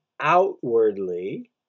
outwardly